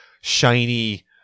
shiny